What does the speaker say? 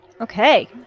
Okay